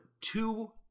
two